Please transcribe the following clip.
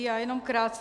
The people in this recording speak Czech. Já jenom krátce.